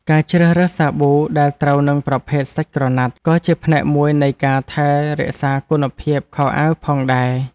ការជ្រើសរើសសាប៊ូដែលត្រូវនឹងប្រភេទសាច់ក្រណាត់ក៏ជាផ្នែកមួយនៃការថែរក្សាគុណភាពខោអាវផងដែរ។